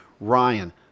ryan